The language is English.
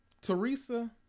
Teresa